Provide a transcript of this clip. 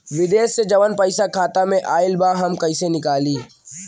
विदेश से जवन पैसा खाता में आईल बा हम कईसे निकाली?